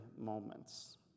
moments